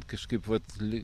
kažkaip vat ly